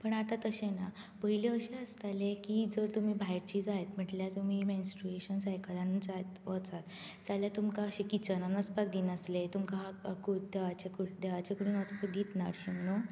पूण आतां तशें ना पयलीं अशें आसतालें की जर तुमी भायरचीं जायत म्हटल्यार तुमी मॅन्स्ट्रुएशन सायकलान जायत वचात जाल्यार तुमकां अशें किचनान वचपाक दिनासले तुमकां हागपाकूत देवाच्या कुडी देवाच्या कुडीन वचपाक दीत ना हरशीं म्हुणू